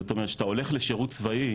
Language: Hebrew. זאת אומרת שאתה הולך לשירות צבאי,